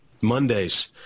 Mondays